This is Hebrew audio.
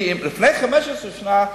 כי לפני 15 שנה,